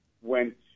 went